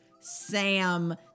Sam